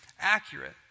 accurate